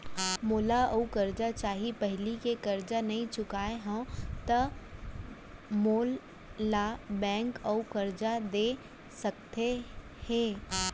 मोला अऊ करजा चाही पहिली के करजा नई चुकोय हव त मोल ला बैंक अऊ करजा दे सकता हे?